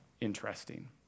interesting